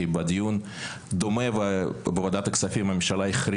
בדיון דומה שהתנהל בוועדת הכספים הממשלה בחרה